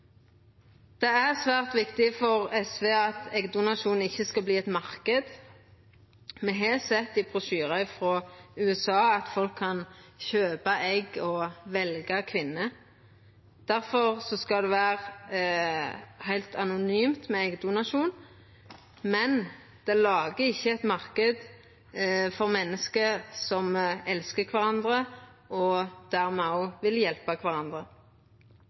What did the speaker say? Det er svært viktig for SV at eggdonasjon ikkje skal verta ein marknad. Me har sett i brosjyrar frå USA at folk kan kjøpa egg og velja kvinne. Difor skal det vera heilt anonymt med eggdonasjon, men det lagar ikkje ein marknad for menneske som elskar kvarandre og dermed òg vil hjelpa kvarandre.